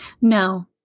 No